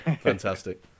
fantastic